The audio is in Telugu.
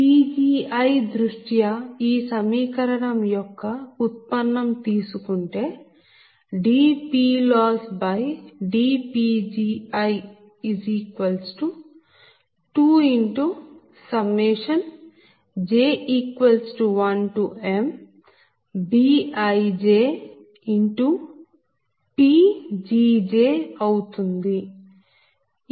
Pgi దృష్ట్యా ఈ సమీకరణం యొక్క ఉత్పన్నం తీసుకుంటే dPLossdPgi2j1mBijPg j అవుతుంది